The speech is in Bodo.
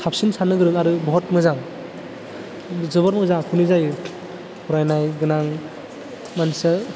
साबसिन सानो गोरों आरो बहुद मोजां जोबार मोजां आखुनि जायो फरायनाय गोनां मानसिया